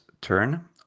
turn